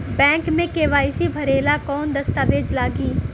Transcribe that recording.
Bank मे KYC भरेला कवन दस्ता वेज लागी?